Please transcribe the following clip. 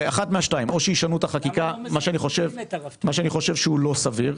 ניתן לשנות את החוק, מה שאני חושב שהוא לא סביר.